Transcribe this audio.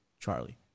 Charlie